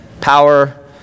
power